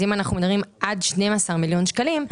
אז אם אנחנו מדברים עד 12 מיליון שקלים,